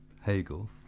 Hegel